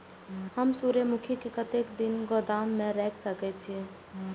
हम सूर्यमुखी के कतेक दिन गोदाम में रख सके छिए?